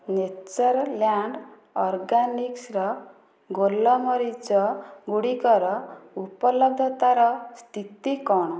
Natureland ଅର୍ଗାନିକ୍ସ୍ର ଗୋଲମରିଚ ଗୁଡ଼ିକର ଉପଲବ୍ଧତାର ସ୍ଥିତି କ'ଣ